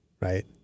right